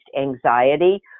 anxiety